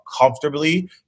comfortably